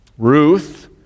Ruth